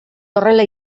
horrela